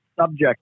subject